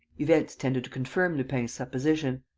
events tended to confirm lupin's supposition.